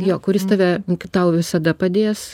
jo kuris tave tau visada padės